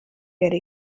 werde